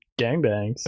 gangbangs